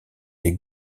les